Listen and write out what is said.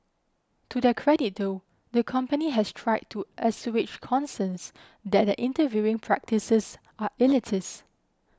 to their credit though the company has tried to assuage concerns that their interviewing practices are elitist